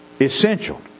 essential